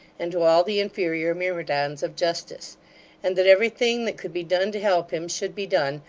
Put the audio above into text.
and to all the inferior myrmidons of justice and that everything that could be done to help him, should be done,